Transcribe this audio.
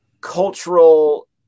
cultural